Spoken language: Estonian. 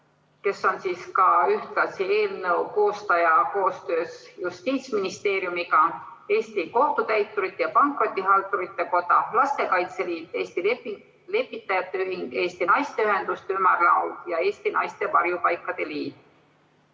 kes on ka ühtlasi eelnõu koostaja koostöös Justiitsministeeriumiga, Eesti Kohtutäiturite ja Pankrotihaldurite Koda, Lastekaitse Liit, Eesti Lepitajate Ühing, Eesti Naisteühenduste Ümarlaud ja Eesti Naiste Varjupaikade Liit.